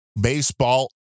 baseball